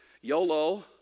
YOLO